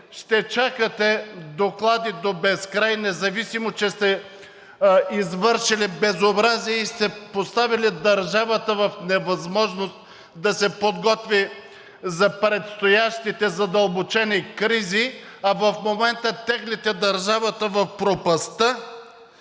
ще чакате доклади до безкрай, независимо че сте извършили безобразия и сте поставили държавата в невъзможност да се подготви за предстоящите задълбочени кризи, а в момента теглите държавата в пропастта,